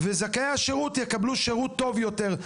מצד אחד; כדי שבעלי הזכאות יקבלו שירות טוב יותר,